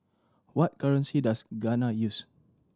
what currency does Ghana use